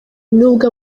nubwo